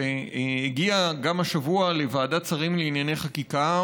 שהגיע השבוע לוועדת שרים לענייני חקיקה,